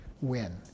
win